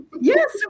yes